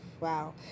Wow